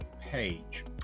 page